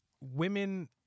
women